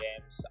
games